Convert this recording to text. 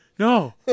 no